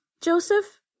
Joseph